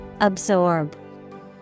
Absorb